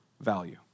value